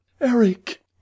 Eric